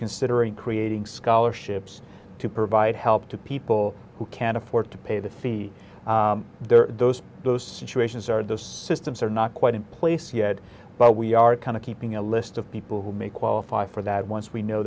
considering creating scholarships to provide help to people who can't afford to pay the fee there those those situations are those systems are not quite in place yet but we are kind of keeping a list of people who may qualify for that once we know